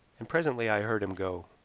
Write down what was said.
and presently i heard him go.